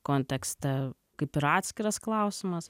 kontekste kaip ir atskiras klausimas